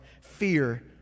fear